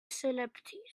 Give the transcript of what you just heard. celebrities